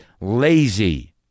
lazy